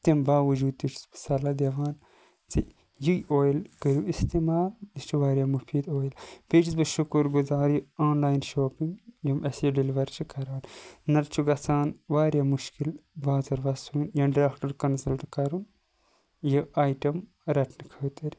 تمہ باوَجوٗد تہِ چھُس بہٕ صَلَح دِوان زِ یہِ اۄیل کٔرِو اِستعمال یہِ چھُ واریاہ مُفیٖد اۄیل بیٚیہِ چھُس بہٕ شُکُر گُزار یہِ آن لَاین شاپِنٛگ یِم اَسہِ یہِ ڈیٚلوَر چھِ کَران نَتہٕ چھُ گَژھان واریاہ مُشکِل بازَر گژھُن یا ڈاکٹَر کَنسَلٹ کَرُن یہِ اَیٹَم رَٹنہٕ خٲطرٕ